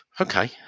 Okay